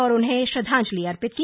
और उन्हें श्रद्वांजलि अर्पित की